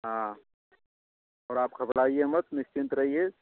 हाँ और आप घबड़ाइए मत निश्चिंत रहिए